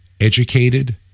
educated